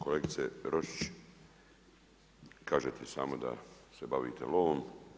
Kolegice Roščić, kažete i sama da se bavite lovom.